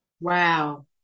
Wow